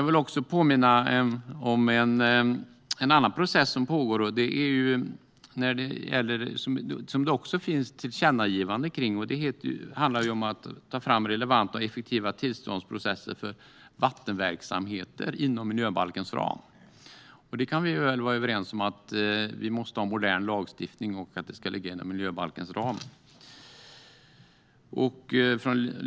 Jag vill påminna om en annan process som pågår, som det också finns ett tillkännagivande om. Det handlar om att ta fram relevanta och effektiva tillståndsprocesser för vattenverksamheter inom miljöbalkens ram. Vi kan väl vara överens om att vi måste ha en modern lagstiftning och att det ska ligga inom miljöbalkens ram.